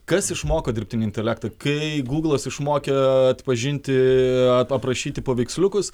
kas išmoko dirbtinį intelektą kai gūglas išmokė atpažinti aprašyti paveiksliukus